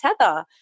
tether